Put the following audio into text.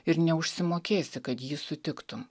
ir neužsimokėsi kad jį sutiktum